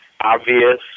obvious